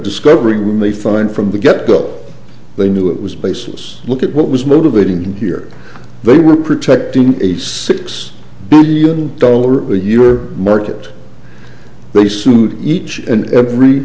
discovery when they find from the get go they knew it was baseless look at what was motivating here they were protecting a six billion dollar a year market they sued each and every